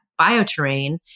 bioterrain